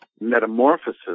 metamorphosis